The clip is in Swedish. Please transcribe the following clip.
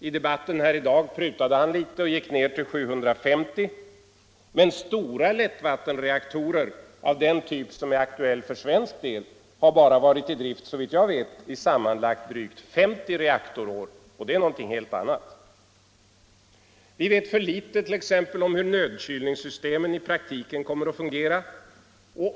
I debatten här i dag prutade han litet och gick ner till 750, men stora lättvattenreaktorer av den typ som är aktuell för svensk del har bara varit i drift, såvitt jag vet, i sammanlagt drygt 50 reaktorår, och det är någonting helt annat. Vi vet för litet t.ex. om hur nödkylningssystemen i praktiken kommer att fungera.